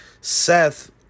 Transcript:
Seth